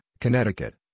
Connecticut